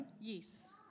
Yes